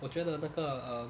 我觉得那个 um